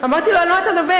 אמרתי לו: על מה אתה מדבר?